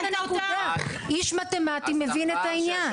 איש מתמטי מבין את העניין.